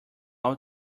will